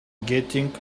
getting